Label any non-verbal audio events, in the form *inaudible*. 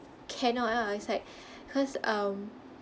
cannot ah it's like *breath* cause um